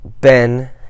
Ben